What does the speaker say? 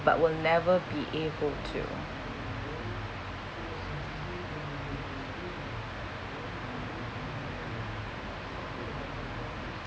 but will never be able to